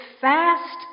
fast